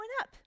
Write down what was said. up